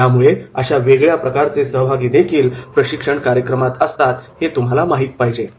त्यामुळे अशा वेगळ्या प्रकारचे सहभागी देखील प्रशिक्षणा कार्यक्रमात असतात हे तुम्हाला माहीत पाहिजे